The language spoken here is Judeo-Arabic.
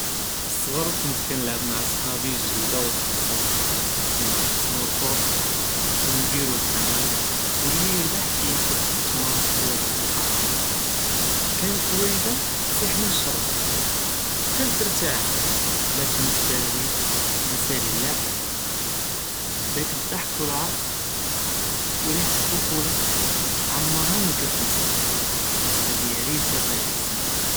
פצְּע׳ר כנת כנעְלַבּ מעא צּחָאבִּי לגְ׳לְדָה ווסט לזנְקָה, כֻּנָא נְקְסְמו לְפְרָק, ו נְדִירו לְחְמָאס ו לי ירְבַּח כִּיכְּדְ שִׁי תְּמְר וְלא בְּרתְקָאלָה, כאנת לואלִידָה תְּצִיח מן לְשַׁרגֶ׳ם דְחָלְת נִרתָאח מאכְּנְת בָּאגִית נְסָאלִי לְעְלָבְּ, דָאכּ לדְּחְכּ ו לְעְרָק ו רִיחָה לְטפוּלָה עָמְרְהָא מא כאנת תְּנְסָא.